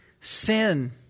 sin